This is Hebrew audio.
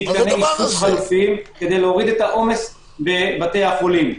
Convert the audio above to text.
המטרה הייתה להוריד את העומס בבית החולים.